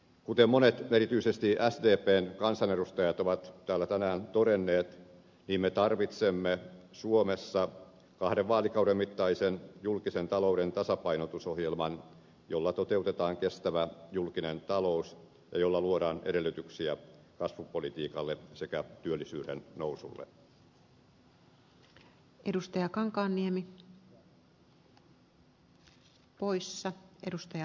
kuten monet erityisesti sdpn kansanedustajat ovat täällä tänään todenneet me tarvitsemme suomessa kahden vaalikauden mittaisen julkisen talouden tasapainotusohjelman jolla toteutetaan kestävä julkinen talous ja jolla luodaan edellytyksiä kasvupolitiikalle sekä työllisyyden nousulle